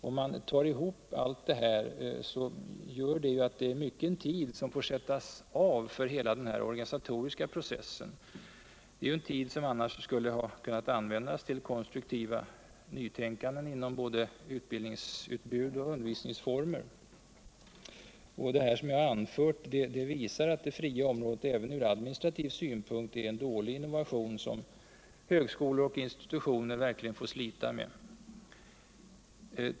Sammmantaget gör allt detta att mycken tid får sättas av för hela denna organisatoriska process — en tid som annars skulle kunna användas till konstruktivt nytänkande om bl.a. utbildningsutbud och undervisningsformei Vad jag nu anfört visar att det fria området, även från administrativ synpunkt, är en dålig innovation, som högskolor och institutioner verkligen får slita med.